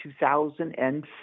2004